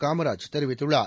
காமராஜ் தெரிவித்துள்ளார்